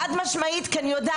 חד משמעית, כי אני יודעת.